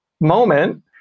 moment